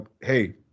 hey